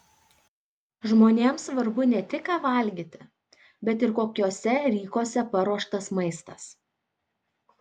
žmonėms svarbu ne tik ką valgyti bet ir kokiuose rykuose paruoštas maistas